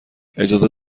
اجازه